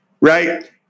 right